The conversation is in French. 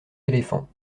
éléphants